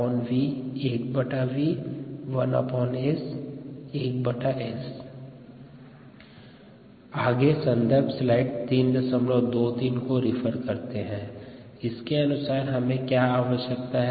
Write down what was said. सन्दर्भ स्लाइड समय 0323 के अनुसार हमें क्या आवश्यकता है